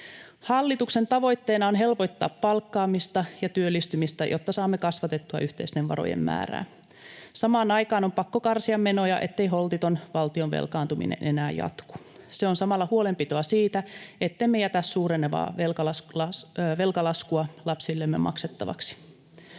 Hallituksen tavoitteena on helpottaa palkkaamista ja työllistymistä, jotta saamme kasvatettua yhteisten varojen määrää. Samaan aikaan on pakko karsia menoja, ettei holtiton valtion velkaantuminen enää jatku. Se on samalla huolenpitoa siitä, ettemme jätä suurenevaa velkalaskua lapsillemme maksettavaksi.